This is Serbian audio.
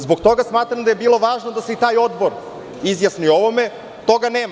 Zbog toga smatram da je bilo važno da se i taj odbor izjasni o ovome, ali toga nema.